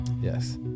Yes